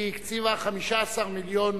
היא הקציבה 15 מיליון